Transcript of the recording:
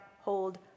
hold